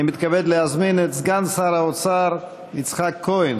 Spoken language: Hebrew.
אני מתכבד להזמין את סגן שר האוצר יצחק כהן,